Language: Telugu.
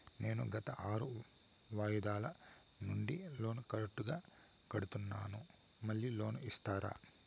నేను గత ఆరు వాయిదాల నుండి లోను కరెక్టుగా కడ్తున్నాను, మళ్ళీ లోను ఇస్తారా?